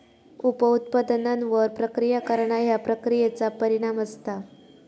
उप उत्पादनांवर प्रक्रिया करणा ह्या प्रक्रियेचा परिणाम असता